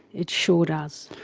it sure does.